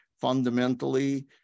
fundamentally